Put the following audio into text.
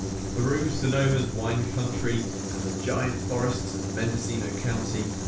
through sonoma's wine country and the giant forests of mendocino county,